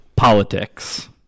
politics